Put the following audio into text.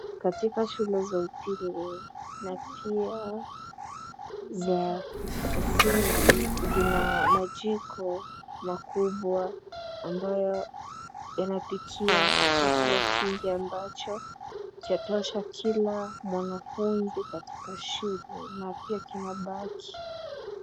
Katika shule za upili, na pia za msingi, zina majiko makubwa ambayo yanapikia chakula kingi ambacho, chatosha kila mwanafunzi katika shule, na pia kinabaki.